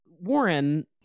Warren